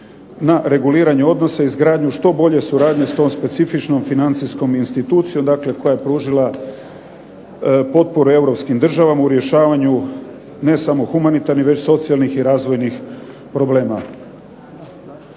na reguliranje odnosa, izgradnju što bolje suradnje s tom specifičnom financijskom institucijom. Dakle, koja je pružila potporu europskim državama u rješavanju ne samo humanitarnih već socijalnih i razvojnih problema.